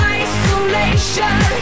isolation